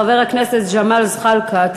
חבר הכנסת ג'מאל זחאלקה,